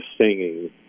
singing